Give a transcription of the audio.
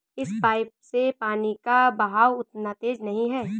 इस पाइप से पानी का बहाव उतना तेज नही है